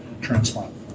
transplant